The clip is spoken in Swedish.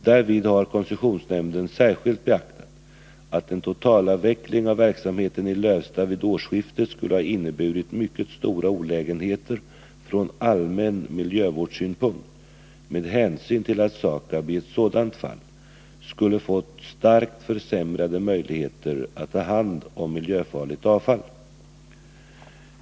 Därvid har koncessionsnämnden särskilt beaktat att en totalavveckling av verksamheten i Lövsta vid årsskiftet skulle ha inneburit mycket stora olägenheter från allmän miljövårdssynpunkt med hänsyn till att SAKAB i sådant fall skulle fått starkt försämrade möjligheter att ta hand om miljöfarligt avfall.